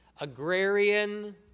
agrarian